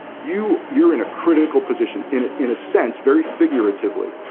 you you're in a critical position, in in a sense, very figuratively.